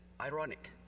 ironic